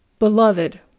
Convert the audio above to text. Beloved